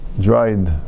dried